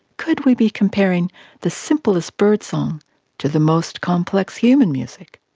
could we be comparing the simplest birdsong to the most complex human music?